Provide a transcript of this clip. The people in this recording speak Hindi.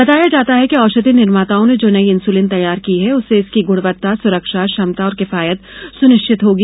बताया जाता है कि औषधि निर्माताओं ने जो नयी इन्सुलिन तैयार की है उससे उसकी गुणवत्ता सुरक्षा क्षमता और किफायत सुनिश्चित होगी